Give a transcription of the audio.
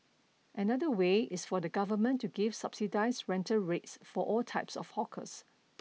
another way is for the government to give subsidised rental rates for all types of hawkers